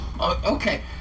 Okay